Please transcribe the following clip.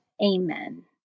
Amen